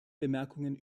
bemerkungen